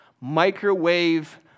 microwave